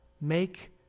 make